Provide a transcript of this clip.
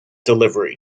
delivery